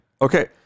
Okay